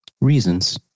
reasons